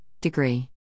Degree